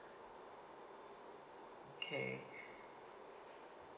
okay